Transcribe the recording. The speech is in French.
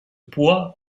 poids